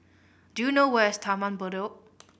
do you know where is Taman Bedok